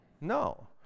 No